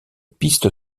piste